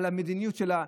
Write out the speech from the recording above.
למדיניות שלה.